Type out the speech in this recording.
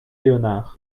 léonard